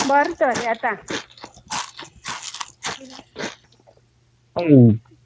बर तर येता किरें तूं